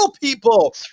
people